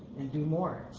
do more